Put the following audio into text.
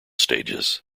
stages